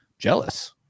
jealous